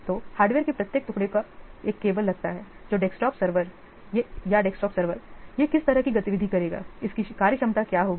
तो हार्डवेयर के प्रत्येक टुकड़े को एक केबल लगता है जो डेस्कटॉप सर्वर यह किस तरह की गतिविधि करेगा इसकी कार्यक्षमता क्या होगी